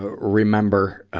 ah remember, ah,